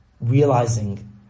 realizing